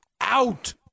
out